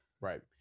right